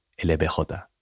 LBJ